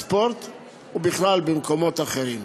בספורט ובכלל במקומות אחרים.